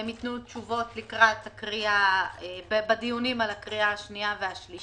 והם ייתנו תשובות בדיונים על הקריאה השנייה והשלישית.